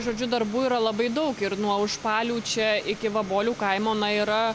žodžiu darbų yra labai daug ir nuo užpalių čia iki vabolių kaimo na yra